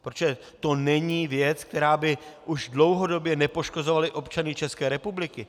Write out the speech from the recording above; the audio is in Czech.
Protože to není věc, která by už dlouhodobě nepoškozovala občany České republiky.